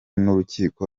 n’urukiko